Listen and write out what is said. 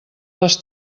les